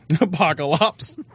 Apocalypse